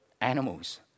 animals